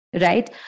right